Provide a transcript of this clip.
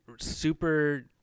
super